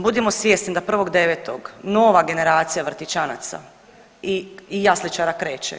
Budimo svjesni da 1.9. nova generacija vrtićanaca i jasličara kreće.